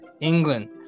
England